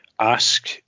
Ask